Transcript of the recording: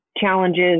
challenges